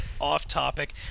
off-topic